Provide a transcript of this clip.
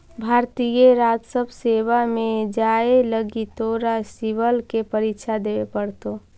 भारतीय राजस्व सेवा में जाए लगी तोरा सिवल के परीक्षा देवे पड़तो